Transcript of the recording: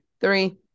Three